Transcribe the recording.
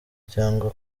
cyangwa